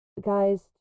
guys